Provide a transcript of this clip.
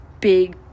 big